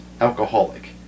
alcoholic